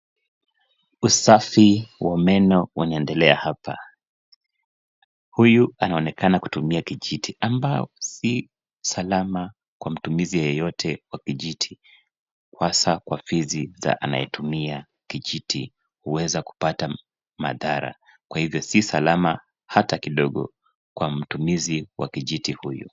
Usafi wa meno unaendelea hapa. Huyu anaonekana kutumia kijiti ambao si salama kwa mtumizi yeyote wa kijiti hasa kwa fizi za anayetumia kijiti, huweza kupata madhara kwa hivyo si salama hata kidogo kwa mtumizi wa kijiti huyu.